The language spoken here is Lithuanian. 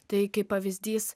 tai kaip pavyzdys